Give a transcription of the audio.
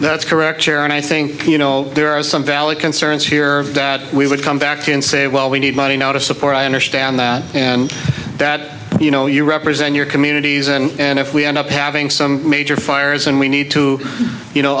that's correct chair and i think there are some valid concerns here that we would come back and say well we need money now to support i understand that and that you know you represent your communities and if we end up having some major fires and we need to you know